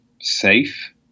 safe